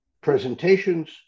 presentations